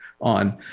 on